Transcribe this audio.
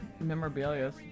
memorabilia